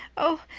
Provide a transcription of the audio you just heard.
oh,